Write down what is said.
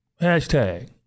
Hashtag